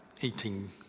eating